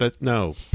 No